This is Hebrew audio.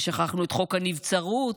ושכחנו את חוק הנבצרות,